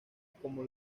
como